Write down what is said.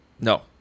No